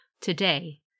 Today